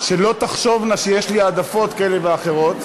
שלא תחשובנה שיש לי העדפות כאלה ואחרות.